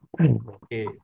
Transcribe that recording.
Okay